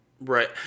Right